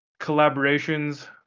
collaborations